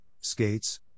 skates